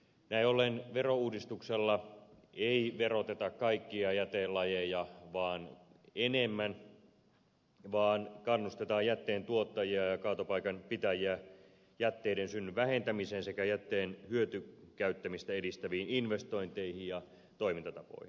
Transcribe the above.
näin ollen verouudistuksella ei vain veroteta kaikkia jätelajeja enemmän vaan kannustetaan jätteen tuottajia ja kaatopaikanpitäjiä jätteiden synnyn vähentämiseen sekä jätteen hyötykäyttämistä edistäviin investointeihin ja toimintatapoihin